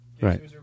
Right